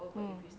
mm